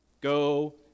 go